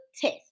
test